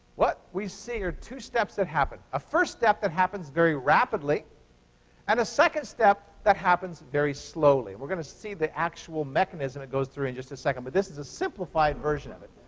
what we see are two steps that happen a first step that happens very rapidly and a second step that happens very slowly. and we're going to see the actual mechanism it goes through in just a second. but this is a simplified version of it.